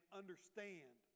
understand